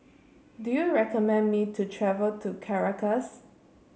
do you recommend me to travel to Caracas